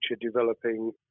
developing